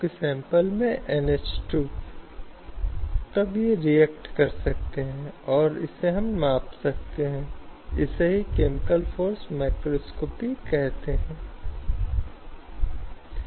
एक गंभीर मनोवैज्ञानिक आघात है जो महिला को प्रभावित करता है क्योंकि उसे उस व्यवहार के माध्यम से सहन करना पड़ता है